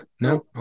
No